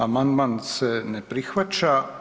Amandman se ne prihvaća.